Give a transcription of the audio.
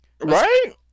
Right